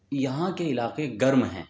یہاں کے علاقے گرم ہیں